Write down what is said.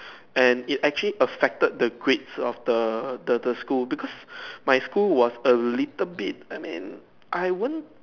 and it actually affected the grades of the the the school because my school was a little bit I mean I won't